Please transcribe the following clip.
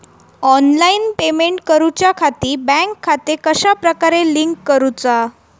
Online payment करुच्याखाती bank खाते कश्या प्रकारे लिंक करुचा?